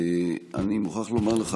אני מוכרח לומר לך,